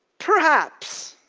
perhaps.